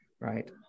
Right